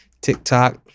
TikTok